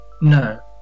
no